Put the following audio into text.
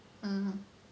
haha